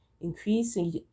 increasing